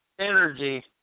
energy